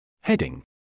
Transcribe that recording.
Heading